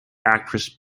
actress